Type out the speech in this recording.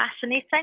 fascinating